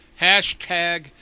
Hashtag